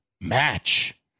match